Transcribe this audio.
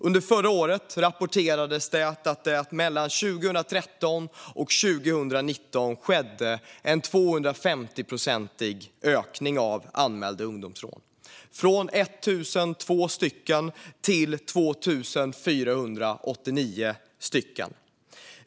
Under förra året rapporterades att det 2013-2019 skedde en 250-procentig ökning av antalet anmälda ungdomsrån, från 1 002 till 2 489.